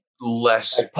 less